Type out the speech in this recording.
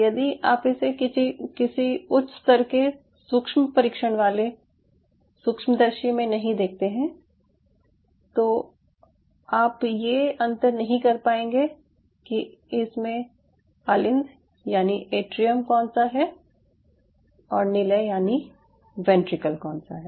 यदि आप इसे किसी उच्च स्तर के सूक्ष्म परीक्षण वाले सूक्ष्मदर्शी में नहीं देखते हैं तो आप ये अंतर नहीं कर पाएंगे कि इसमें अलिंद यानि एट्रियम कौन सा है और निलय यानि वेंट्रिकल कौन सा है